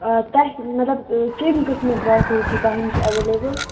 آ تۄہہِ مطلب کَمۍ قٕسمٕکۍ ڈرٛاے فرٛوٗٹ چھِ تۄہہِ نِش اٮ۪ویلیبٕل